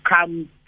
come